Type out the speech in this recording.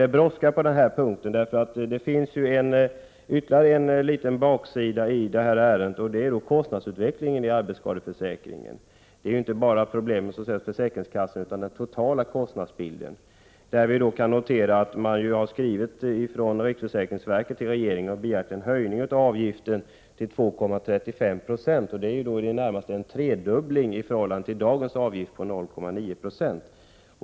Det brådskar på denna punkt. Det finns nämligen ytterligare en baksida i detta ärende: kostnadsutvecklingen när det gäller arbetsskadeförsäkringen. Problemet ligger inte bara hos försäkringskassorna, utan det gäller den totala kostnadsbilden. Vi kan notera att man från riksförsäkringsverket har skrivit till regeringen och begärt en höjning av socialavgiften till 2,35 26. Detta innebär i det närmaste en tredubbling av dagens avgift på 0,9 20.